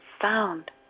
found